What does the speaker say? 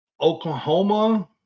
Oklahoma